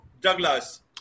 Douglas